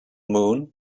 moon